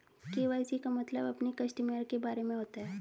KYC का मतलब अपने कस्टमर के बारे में होता है